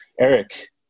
Eric